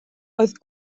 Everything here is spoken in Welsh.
oedd